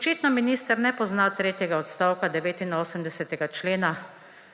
Očitno minister ne pozna tretjega odstavka 89. člena